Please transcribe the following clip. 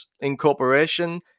incorporation